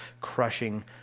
crushing